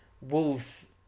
Wolves